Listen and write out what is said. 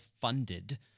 funded—